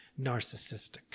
narcissistic